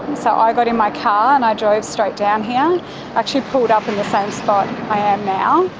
and so i got in my car and i drove straight down here. i actually pulled up in the same spot i am now.